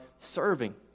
serving